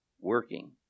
working